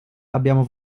abbiamo